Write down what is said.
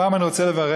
הפעם אני רוצה לברך.